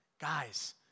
Guys